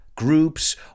groups